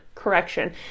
Correction